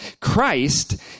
christ